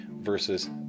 versus